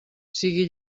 sigui